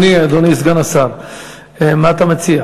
אדוני סגן השר, מה אתה מציע